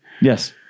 Yes